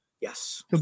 Yes